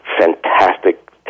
fantastic